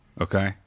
okay